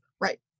Right